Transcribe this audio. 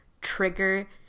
trigger